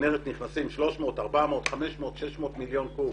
לכינרת נכנסים 300, 400, 500, 600 מיליון קוב.